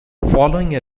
following